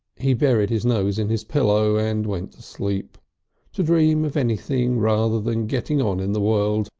he buried his nose in his pillow and went to sleep to dream of anything rather than getting on in the world,